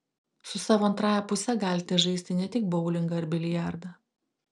su savo antrąja puse galite žaisti ne tik boulingą ar biliardą